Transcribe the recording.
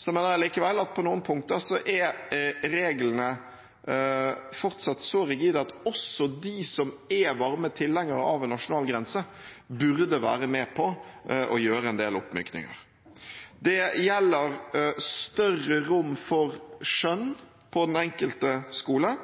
Så mener jeg likevel at på noen punkter er reglene fortsatt så rigide at også de som er varme tilhengere av en nasjonal grense, burde være med på å gjøre en del oppmykninger. Det gjelder større rom for skjønn på den enkelte skole,